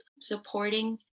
supporting